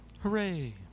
hooray